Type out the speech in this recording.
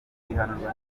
ihanurwa